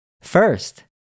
First